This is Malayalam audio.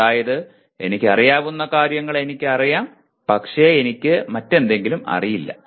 അതായത് എനിക്കറിയാവുന്ന കാര്യങ്ങൾ എനിക്കറിയാം പക്ഷേ എനിക്ക് മറ്റെന്തെങ്കിലും അറിയില്ല